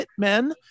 hitmen